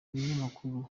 ibinyamakuru